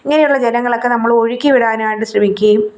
ഇങ്ങനെയുള്ള ജലങ്ങളൊക്കെ നമ്മളൊഴുക്കി വിടാനായിട്ട് ശ്രമിക്കുകയും